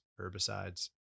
herbicides